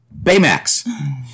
Baymax